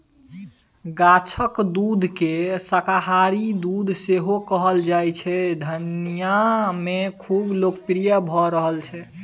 गाछक दुधकेँ शाकाहारी दुध सेहो कहल जाइ छै दुनियाँ मे खुब लोकप्रिय भ रहल छै